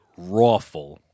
Rawful